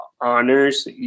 honors